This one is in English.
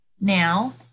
now